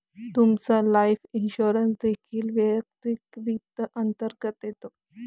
तुमचा life insurance देखील वैयक्तिक वित्त अंतर्गत येतो